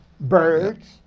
birds